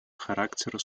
характера